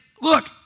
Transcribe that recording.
look